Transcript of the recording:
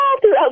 throughout